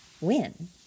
win